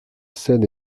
seine